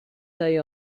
day